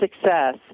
success